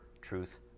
truth